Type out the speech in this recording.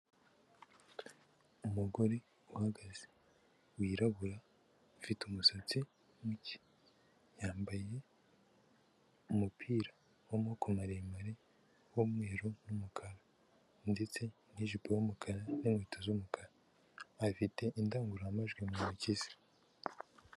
Umugore uhagaze, wirabura, ufite umusatsi muke. Yambaye umupira w'amaboko maremare w'umweru n'umukara ndetse n'ijipo y'umukara, n'inkweto z'umukara. Afite indangururamajwi mu ntoki ze.